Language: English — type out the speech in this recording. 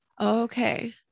okay